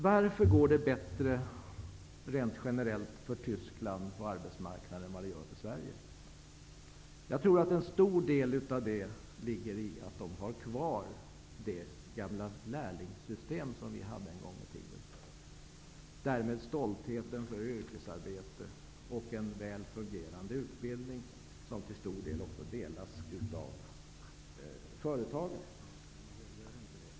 Varför är det rent generellt bättre på arbetsmarknaden i Tyskland än vad det är i Sverige? Jag tror att en stor del ligger i att de har kvar det gamla lärlingssystem som vi hade en gång i tiden. Därmed finns en stolthet över yrkesarbetet och en väl fungerande utbildning som till stor del också bedrivs av företagen.